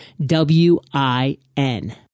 w-i-n